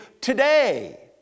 today